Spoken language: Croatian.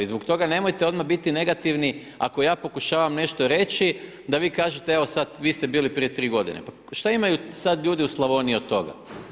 I zbog toga nemojte odmah biti negativni, ako ja pokušavam nešto reći, da vi kažete, evo sad, vi ste bili prije 3 g. Pa šta imaju sad ljudi u Slavoniji od toga?